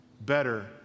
better